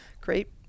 great